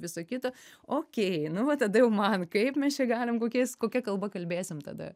visa kita okei nu va tada jau man kaip mes čia galim kokiais kokia kalba kalbėsim tada